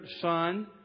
Son